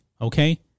Okay